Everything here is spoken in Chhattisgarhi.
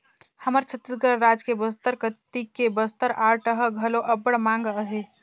हमर छत्तीसगढ़ राज के बस्तर कती के बस्तर आर्ट ह घलो अब्बड़ मांग अहे